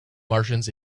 martians